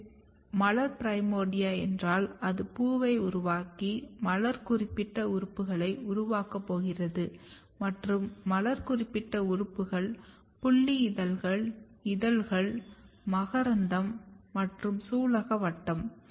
இது மலர் பிரைமோர்டியா என்றால் அது பூவை உருவாக்கி மலர் குறிப்பிட்ட உறுப்புகளை உருவாக்கப் போகிறது மற்றும் மலர் குறிப்பிட்ட உறுப்புகள் புல்லி இதழ்கள் இதழ்கள் மகரந்தம் மற்றும் சூலகவட்டம்